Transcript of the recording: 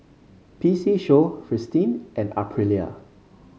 P C Show Fristine and Aprilia